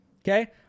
okay